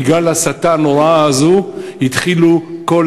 בגלל ההסתה הנוראה הזאת התחילה כל